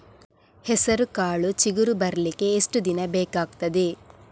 ಹೆಸರುಕಾಳು ಚಿಗುರು ಬರ್ಲಿಕ್ಕೆ ಎಷ್ಟು ದಿನ ಬೇಕಗ್ತಾದೆ?